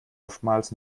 oftmals